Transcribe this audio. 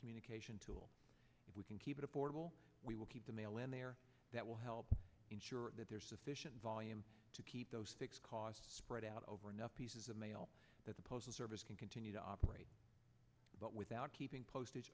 communication tool if we can keep it affordable we will keep the mail in there that will help ensure that there's sufficient volume to keep the cost spread out over enough pieces of mail that the postal service can continue to operate but without keeping postage